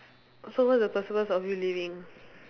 so what's the purpose of you living